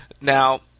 Now